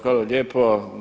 Hvala lijepo.